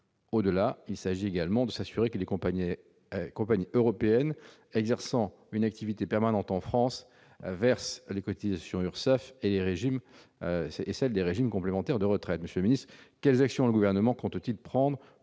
Au-delà, il s'agit de s'assurer que les compagnies européennes exerçant une activité permanente en France versent les cotisations à l'URSSAF et aux régimes complémentaires de retraite. Monsieur le secrétaire d'État, quelles actions le Gouvernement compte-t-il prendre